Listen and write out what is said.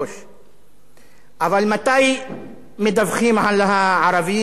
מתי מדווחים על הערבים או על נבחרי הציבור הערבים?